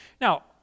Now